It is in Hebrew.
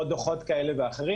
או דוחות כאלה ואחרים.